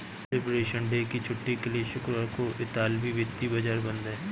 liberation Day की छुट्टी के लिए शुक्रवार को इतालवी वित्तीय बाजार बंद हैं